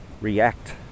react